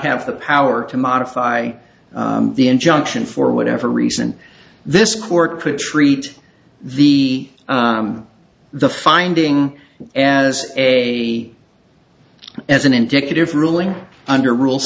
have the power to modify the injunction for whatever reason this court could treat the the finding as a as an indicative ruling under rule